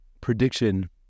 prediction